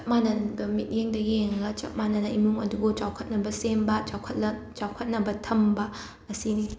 ꯆꯞ ꯃꯥꯟꯅꯕ ꯃꯤꯠꯌꯦꯡꯗ ꯌꯦꯡꯉꯒ ꯆꯞ ꯃꯥꯟꯅꯅ ꯏꯃꯨꯡ ꯑꯗꯨ ꯆꯥꯎꯈꯠꯅꯕ ꯁꯦꯝꯕ ꯆꯥꯎꯈꯠꯂꯛ ꯆꯥꯎꯈꯠꯅꯕ ꯊꯝꯕ ꯑꯁꯤꯅꯤ